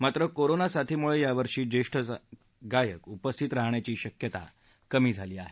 मात्र कोरोना साथीमुळे यावर्षी ज्येष्ठ गायक उपस्थित राहण्याची शक्यता कमी झाली आहे